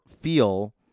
feel